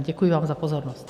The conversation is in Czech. Děkuji vám za pozornost.